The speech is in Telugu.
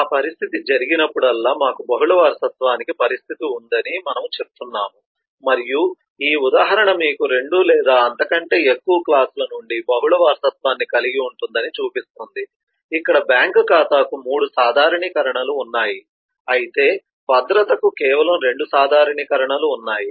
ఆ పరిస్థితి జరిగినప్పుడల్లా మాకు బహుళ వారసత్వానికి పరిస్థితి ఉందని మనము చెప్తున్నాము మరియు ఈ ఉదాహరణ మీకు 2 లేదా అంతకంటే ఎక్కువ క్లాస్ల నుండి బహుళ వారసత్వాన్ని కలిగి ఉంటుందని చూపిస్తుంది ఇక్కడ బ్యాంక్ ఖాతాకు 3 సాధారణీకరణలు ఉన్నాయి అయితే భద్రతకు కేవలం 2 సాధారణీకరణలు ఉన్నాయి